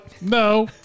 no